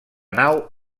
nau